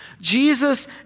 Jesus